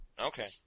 Okay